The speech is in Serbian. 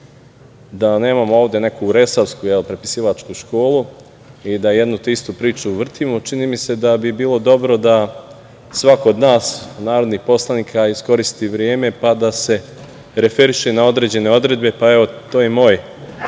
da nemamo ovde neku resavsku, prepisivačku školu i da jednu te istu priču vrtimo. Čini mi se da bi bilo dobro da svako od nas narodnih poslanika iskoristi vreme, pa da se referiše na određene odredbe. Evo, to je i moj